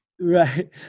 Right